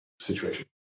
situation